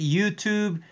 YouTube